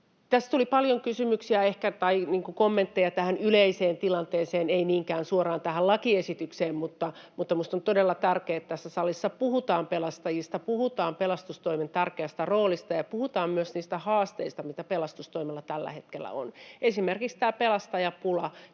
Tässä tuli paljon kysymyksiä tai kommentteja tähän yleiseen tilanteeseen, ei niinkään suoraan tähän lakiesitykseen. Mutta minusta on todella tärkeää, että tässä salissa puhutaan pelastajista, puhutaan pelastustoimen tärkeästä roolista ja puhutaan myös niistä haasteista, mitä pelastustoimella tällä hetkellä on. Esimerkiksi tämä pelastajapula